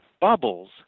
Bubbles